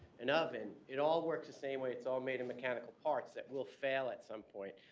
an oven. it all works the same way. it's all made in mechanical parts it will fail at some point.